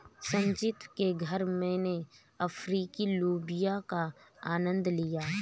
संचित के घर मैने अफ्रीकी लोबिया का आनंद लिया